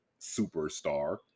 superstar